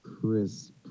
Chris